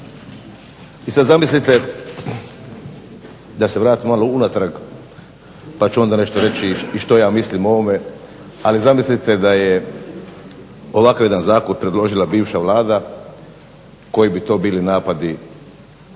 I sad zamislite, da se vratim malo unatrag pa ću onda nešto reći i što ja mislim o ovome, ali zamislite da je ovakav jedan zakon predložila bivša Vlada koji bi to bili napadi